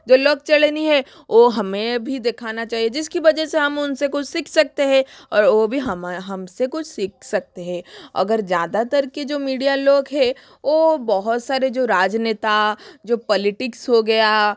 जो लोक चलनी है वो हमें भी देखाना चाहिए जिसकी वजह से हम उनसे कुछ सीख सकते है और ओ भी हमसे कुछ सीख सकते है अगर ज़्यादातर के जो मीडिया लोग है वो बहुत सारे जो राजनेता जो पलिटिक्स हो गया